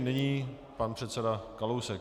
Nyní pan předseda Kalousek.